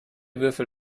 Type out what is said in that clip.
würfel